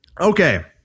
Okay